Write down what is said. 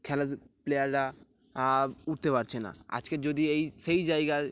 খেলা প্লেয়াররা উঠতে পারছে না আজকে যদি এই সেই জায়গায়